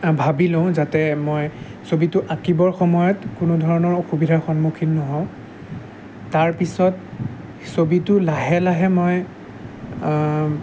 ভাবি লওঁ যাতে মই ছবিটো আঁকিবৰ সময়ত কোনো ধৰণৰ অসুবিধাৰ সন্মুখীন নহওঁ তাৰপিছত ছবিটো লাহে লাহে মই